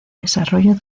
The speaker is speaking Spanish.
desarrollo